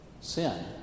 sin